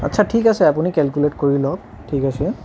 আচ্ছা ঠিক আছে আপুনি কেলকুলেট কৰি লওঁক ঠিক আছে